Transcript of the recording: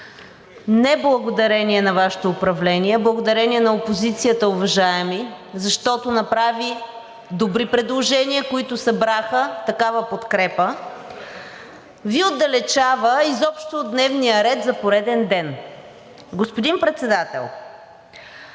не благодарение на Вашето управление, а благодарение на опозицията, уважаеми, защото направи добри предложения, които събраха такава подкрепа, Ви отдалечава изобщо от дневния ред за пореден ден. Господин Председател,